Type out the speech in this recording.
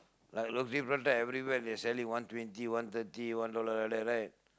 like roti-prata everywhere they sell it one twenty one thirty one dollar like that right